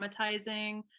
traumatizing